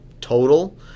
total